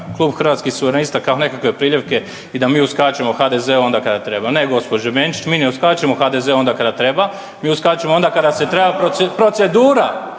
Klub Hrvatskih suverenista kao nekakve priljepke i da mi uskačemo HDZ-u onda kada treba. Ne, gospođo Benčić mi ne uskačemo HDZ-u onda kada treba mi uskačemo onda kada se treba procedura,